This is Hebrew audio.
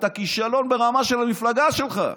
אתה כישלון ברמה של המפלגה שלך.